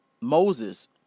Moses